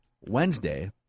Wednesday